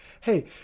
Hey